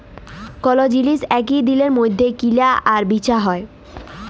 call জিলিস একই দিলের মইধ্যে কিলা আর বিচা হ্যয়